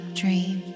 dream